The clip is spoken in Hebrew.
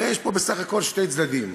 הרי יש פה בסך הכול שני צדדים,